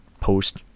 post